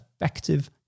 effective